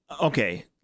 Okay